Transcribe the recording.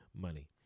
money